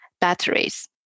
batteries